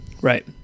right